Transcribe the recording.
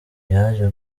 yaje